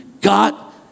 got